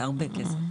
זה הרבה כסף.